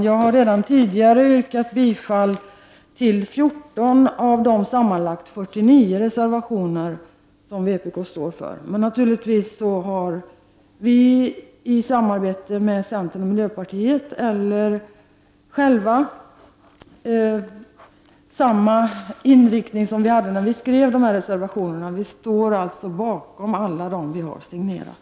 Jag har redan yrkat bifall till de 14 av sammanlagt 49 reservationer som vpk står bakom. Vi har i samarbete med centern och miljöpartiet eller själva naturligtvis samma inriktning som när vi avgav dessa reservationer. Vi står alltså bakom alla reservationer som vi har signerat.